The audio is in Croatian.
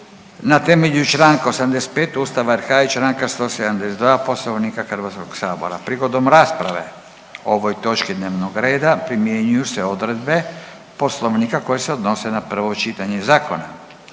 na temelju čl. 85. Ustava RH i čl. 172. Poslovnika HS. Prigodom rasprave o ovoj točki dnevnog reda primjenjuju se odredbe poslovnika koje se odnose na prvo čitanje zakona.